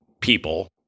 people